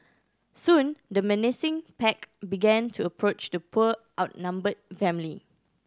soon the menacing pack began to approach the poor outnumbered family